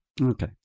okay